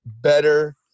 better